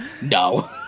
No